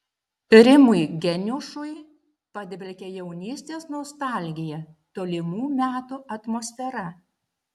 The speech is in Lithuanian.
rimui geniušui padvelkia jaunystės nostalgija tolimų metų atmosfera